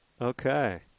Okay